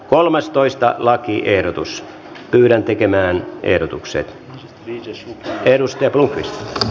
kolmas toista lakiehdotus pyritään tekemään ehdotukset yritys perustelut